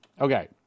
Okay